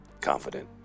confident